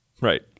Right